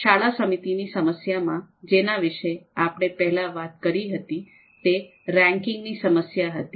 શાળા સમિતિની સમસ્યામાં જેના વિશે આપણે પેહલા વાત કરી હતી તે રેન્કિંગની સમસ્યા હતી